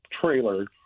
trailer